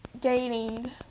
dating